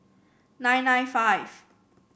nine nine five